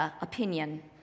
opinion